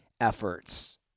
efforts